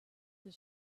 the